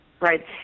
Right